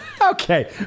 Okay